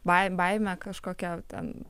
bai baimė kažkokia ten